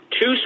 two